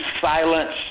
Silence